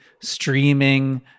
streaming